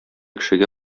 кешегә